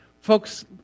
Folks